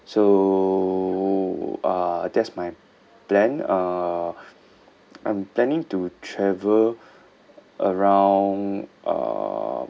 so uh that's my plan uh I'm planning to travel around uh